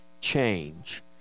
change